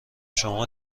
شما